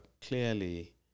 clearly